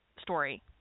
story